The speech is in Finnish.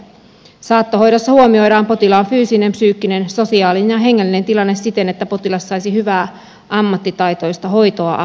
saattohoidossa huomioidaan potilaan fyysinen psyykkinen sosiaalinen ja hengellinen tilanne siten että potilas saisi hyvää ammattitaitoista hoitoa apua ja tukea